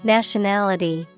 Nationality